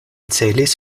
celis